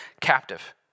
captive